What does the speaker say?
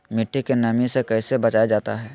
मट्टी के नमी से कैसे बचाया जाता हैं?